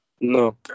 No